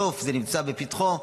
בסוף זה נמצא לפתחו,